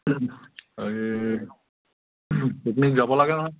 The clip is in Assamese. এই পিকনিক যাব লাগে নহয়